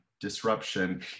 disruption